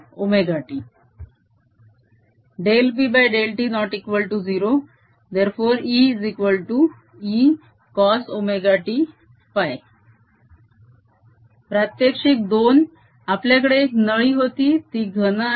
B∝Isinωt B∂t≠0 ϵcosωt प्रात्यक्षिक 2 आपल्याकडे एक नळी होती ती घन आहे